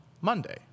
Monday